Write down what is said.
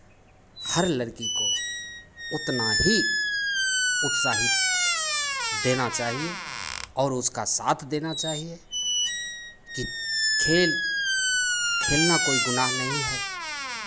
हर लड़की को उतना ही उत्साहित देना चाहिए और उसका साथ देना चाहिए कि खेल खेलना कोई गुनाह नहीं है